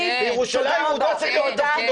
פושעת בירושלים והוא --- בתפקידו.